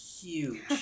huge